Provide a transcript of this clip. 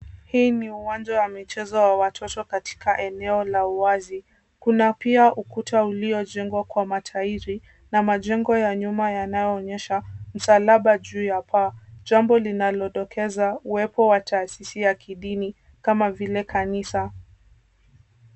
Hii ni uwanja wa michezo wa watoto katika eneo la uwazi. Kuna pia ukuta uliojengwa kwa matairi na majengo ya nyuma yanayoonyesha msalaba juu ya paa, jambo linalodokeza uwepo wa taasisi ya kidini kama vile kanisa.